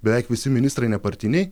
beveik visi ministrai nepartiniai